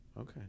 okay